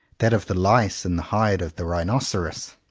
that of the lice in the hide of the rhinoceros.